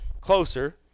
closer